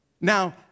Now